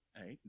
Hey